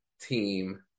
team